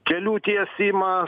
kelių tiesimas